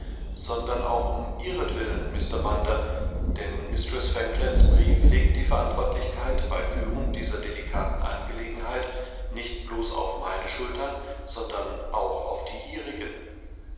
sondern auch um ihretwillen mr munder denn mistreß franklands brief legt die verantwortlichkeit bei führung dieser delikaten angelegenheit nicht bloß auf meine schultern sondernauchaufdieihrigen mr